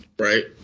right